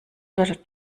dort